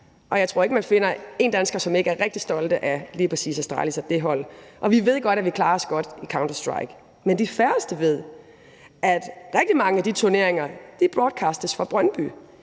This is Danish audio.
og jeg tror ikke, man finder en dansker, som ikke er rigtig stolt af lige præcis holdet Astralis, og vi ved godt, at vi klarer os godt i »Counter Strike«. Men de færreste ved, at rigtig mange af de turneringer broadcastes fra Brøndby.